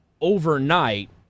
overnight